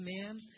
Amen